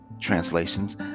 translations